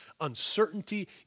uncertainty